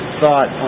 thought